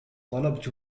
طلبت